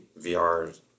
VR